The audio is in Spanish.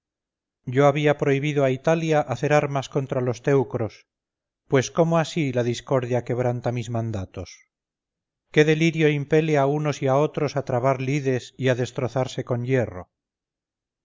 yo había prohibido a italia hacer armas contra los teucros pues cómo así la discordia quebranta mis mandatos qué delirio impele a unos y a otros a trabar lides y a destrozarse con hierro